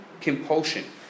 compulsion